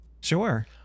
Sure